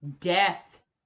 death